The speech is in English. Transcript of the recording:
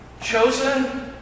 chosen